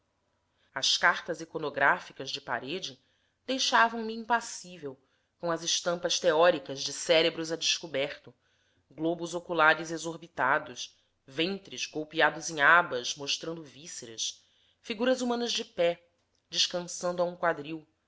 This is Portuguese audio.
as cartas iconográficas de parede deixavam me impassível com as estampas teóricas de cérebros a descoberto globos oculares exorbitados ventres golpeados em abas mostrando vísceras figuras humanas de pé descansando a um quadril